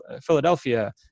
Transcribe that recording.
Philadelphia